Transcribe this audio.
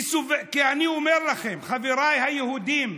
אני אומר לכם, חבריי היהודים: